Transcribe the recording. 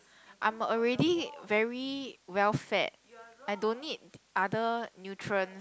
I'm already very well fed I don't need other nutrients